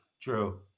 True